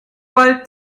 bald